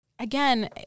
Again